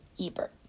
Ebert